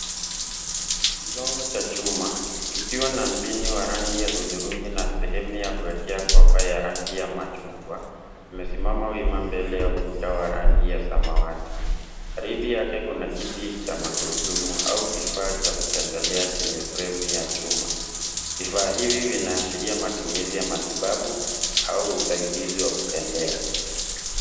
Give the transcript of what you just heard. Kigongo cha chuma, kikiwa na mpini wa rangi ya hudhurungi na sehemu ya kuwekea kopa ya rangi ya machungwa, kimesimama wima mbele ya ukuta wa rangi ya samawati. Karibu yake kuna kiti cha magurudumu au kifaa cha kutembelea chenye fremu ya chuma. Vifaa hivi vinaashiria matumizi ya matibabu au usaidizi wa kutembea.